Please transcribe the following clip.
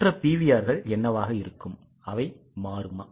மற்ற PVRகள் என்னவாக இருக்கும் அவை மாறுமா